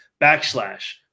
backslash